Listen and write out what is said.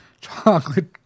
chocolate